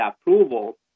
approval